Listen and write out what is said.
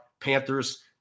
Panthers